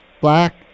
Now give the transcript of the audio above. black